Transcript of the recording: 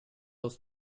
was